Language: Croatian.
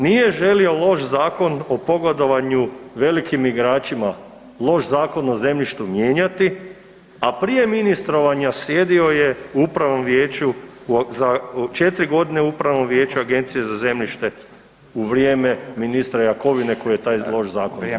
Nije želio loš zakon o pogodovanju velikim igračima, loš zakon o zemljištu mijenjati, a prije ministrovanja sjedio je u upravnom vijeću, 4.g. u upravnom vijeću Agencije za zemljište u vrijeme ministra Jakovine koji je taj loš zakon donio.